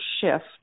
shift